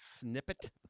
Snippet